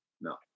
No